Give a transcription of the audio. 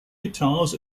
guitars